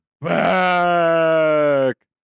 back